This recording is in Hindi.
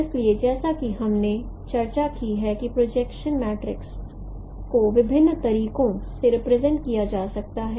इसलिए जैसा कि हमने चर्चा की है कि प्रोजेक्शन मैट्रिक्स को विभिन्न तरीकों से रिप्रेजेंट किया जा सकता है